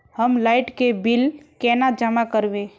हम लाइट के बिल केना जमा करबे?